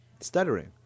stuttering